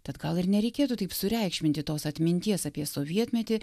tad gal ir nereikėtų taip sureikšminti tos atminties apie sovietmetį